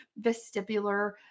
vestibular